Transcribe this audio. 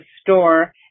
store